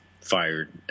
fired